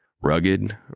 Rugged